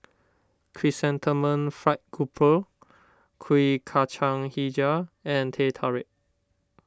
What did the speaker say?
Chrysanthemum Fried Grouper Kuih Kacang HiJau and Teh Tarik